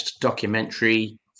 documentary